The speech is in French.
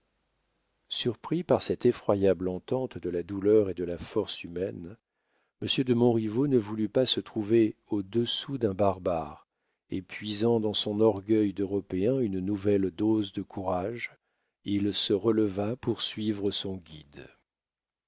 surpris par cette effroyable entente de la douleur et de la force humaine monsieur de montriveau ne voulut pas se trouver au-dessous d'un barbare et puisant dans son orgueil d'européen une nouvelle dose de courage il se releva pour suivre son guide